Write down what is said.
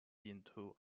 into